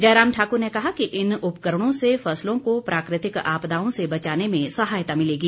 जयराम ठाकुर ने कहा कि इन उपकरणों से फसलों को प्राकृतिक आपदाओं से बचाने में सहायता मिलेगी